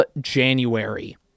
January